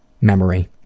memory